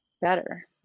better